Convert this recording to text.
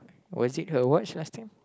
was it a watch last time